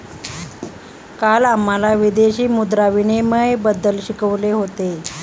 काल आम्हाला विदेशी मुद्रा विनिमयबद्दल शिकवले होते